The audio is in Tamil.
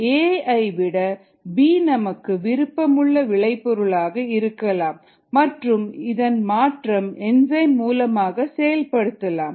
ஏ ஐ விட பி நமக்கு விருப்பமுள்ள விளைபொருளாக இருக்கலாம் மற்றும் இதன் மாற்றம் என்சைம் மூலமாக செயல்படுத்தலாம்